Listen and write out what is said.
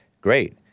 great